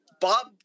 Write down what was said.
bob